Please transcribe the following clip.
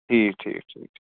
ٹھیٖک ٹھیٖک ٹھیٖک